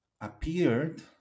appeared